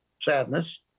sadness